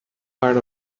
part